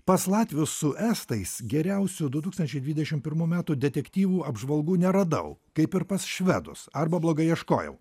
pas latvius su estais geriausių du tūkstančiai dvidešim pirmų metų detektyvų apžvalgų neradau kaip ir pas švedus arba blogai ieškojau